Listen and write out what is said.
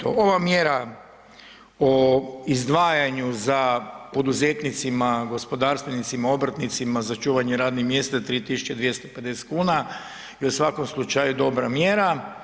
Ova mjera o izdvajanju za poduzetnicima, gospodarstvenicima, obrtnicima za čuvanje radnih mjesta 3.250 kuna je u svakom slučaju dobra mjera.